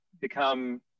become